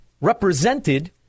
represented